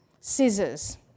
scissors